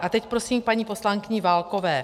A teď prosím k paní poslankyni Válkové.